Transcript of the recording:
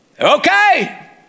Okay